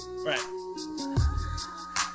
right